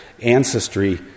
ancestry